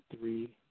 three